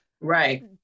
Right